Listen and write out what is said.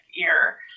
ear